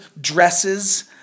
dresses